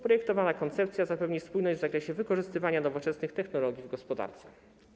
Projektowana koncepcja zapewni spójność w zakresie wykorzystywania nowoczesnych technologii w gospodarce.